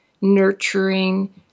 nurturing